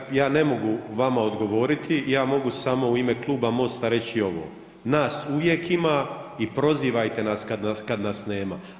Dakle, ja ne mogu vama odgovoriti, ja mogu samo u ime Kluba MOST-a reći ovo, nas uvijek ima i prozivajte nas kad nas nema.